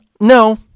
No